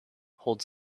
holds